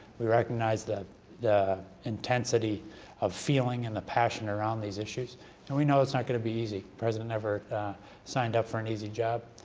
we recognize the the intensity of feeling and the passion around these issues. and we know it's not going to be easy. the president never signed up for an easy job.